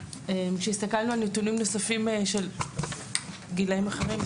כשהסתכלנו על נתונים נוספים של גילאים אחרים,